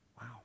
Wow